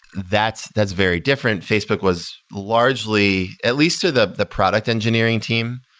that's that's very different. facebook was largely, at least to the the product engineering team,